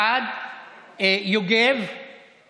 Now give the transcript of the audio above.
חוק דחיית מועדים לביצוע בדיקות של מתקני גז (נגיף הקורונה החדש)